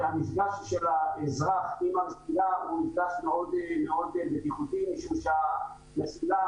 והמפגש של האזרח עם המסילה הוא מאוד בטיחותי משום שהמסילה